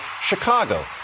Chicago